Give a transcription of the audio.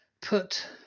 put